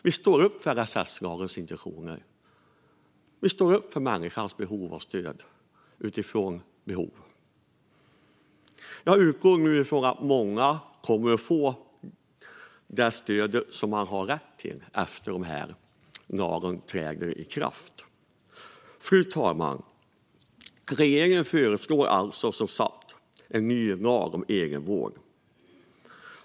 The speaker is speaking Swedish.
Vi står upp för LSS intentioner. Vi står upp för människans behov av stöd utifrån behov. Jag utgår från att många kommer att få det stöd som de har rätt till efter att denna lag trätt i kraft. Fru talman! Regeringen föreslår som sagt en ny lag om egenvård.